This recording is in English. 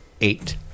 eight